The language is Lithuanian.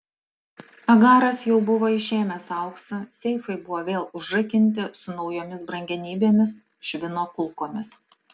agaras jau buvo išėmęs auksą seifai buvo vėl užrakinti su naujomis brangenybėmis švino kulkomis